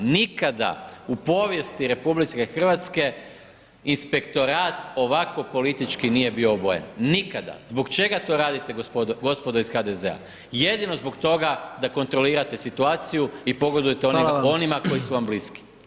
Nikada u povijesti RH inspektorat ovako politički bio obojen, nikada, zbog čega to radite gospodo iz HDZ-a, jedino zbog toga da kontrolirate situaciju i pogodujete [[Upadica: Hvala.]] onima koji su vam bliski.